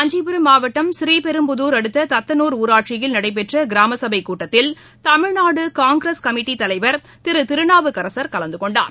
காஞ்சிபுரம் மாவட்டம் ஸ்ரீபெரும்புதூர் அடுத்த தத்தனூர் ஊராட்சியில் நடைபெற்ற கிராம சபை கூட்டத்தில் தமிழ்நாடு காங்கிரஸ் கமிட்டி தலைவர் திரு திருநாவுக்கரசர் கலந்து கொண்டார்